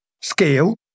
scale